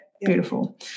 beautiful